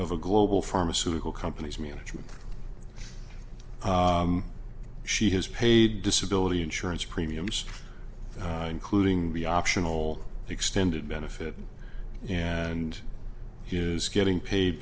of a global pharmaceutical companies management she has paid disability insurance premiums including the optional extended benefit and is getting paid